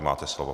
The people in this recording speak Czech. Máte slovo.